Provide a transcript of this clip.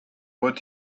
what